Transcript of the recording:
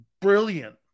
Brilliant